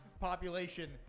population